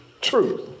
truth